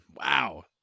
wow